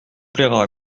plaira